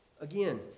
Again